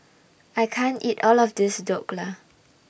I can't eat All of This Dhokla